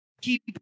keep